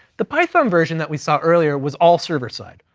the python version that we saw earlier was all server side.